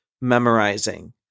memorizing